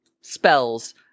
spells